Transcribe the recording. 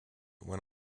went